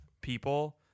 people